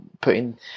putting